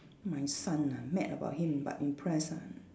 my son ah mad about him but impressed ah